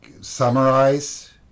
summarize